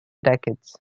decades